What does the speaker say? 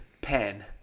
pen